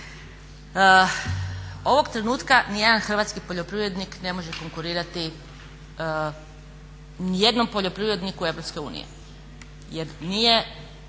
Ovog trenutka nijedan hrvatski poljoprivrednik ne može konkurirati nijednom poljoprivredniku EU jer nije